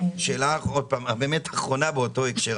שאלה אחרונה באותו הקשר.